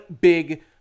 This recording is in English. big